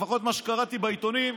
לפחות מה שקראתי בעיתונים,